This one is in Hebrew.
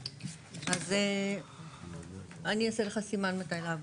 (מוצגת מצגת) אם את מתכוונת למצגת הזאת,